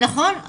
נכון.